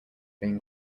being